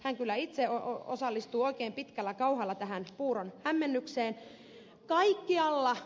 hän kyllä itse osallistuu oikein pitkällä kauhalla tähän puuron hämmennykseen